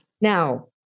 Now